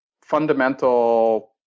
fundamental